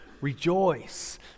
Rejoice